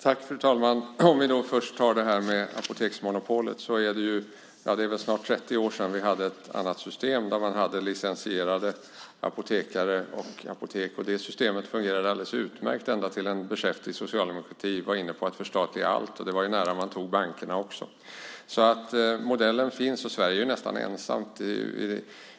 Fru talman! Först tar jag det här med Apoteksmonopolet. Det är snart 30 år sedan vi hade ett annat system, där vi hade licensierade apotekare och apotek. Det systemet fungerade alldeles utmärkt, ända tills en beskäftig socialdemokrati var inne på att förstatliga allt. Det var nära att man tog bankerna också. Så modellen finns. Sverige är nästan ensamt.